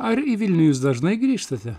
ar į vilnių jūs dažnai grįžtate